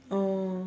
oh